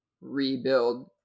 rebuild